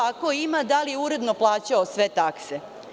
Ako ima, da li je uredno plaćala sve takse?